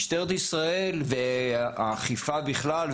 משטרת ישראל והאכיפה בכלל,